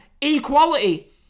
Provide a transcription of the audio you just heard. equality